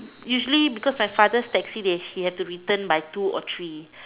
usually because my father's taxi they he have to return by two or three